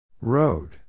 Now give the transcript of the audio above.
Road